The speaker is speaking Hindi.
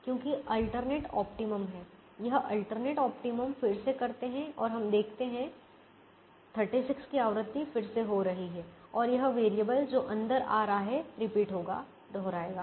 क्योंकि अलटरनेट ऑप्टिमम है हम अलटरनेट ऑप्टिमम फिर से करते हैं और हम देखते हैं 36 की आवृत्ति फिर से हो रही है और यह वेरिएबल जो अंदर आ रहा है रिपीट होगा दोहराएगा